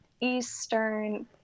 eastern